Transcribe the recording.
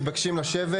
אתם מתבקשים לשבת.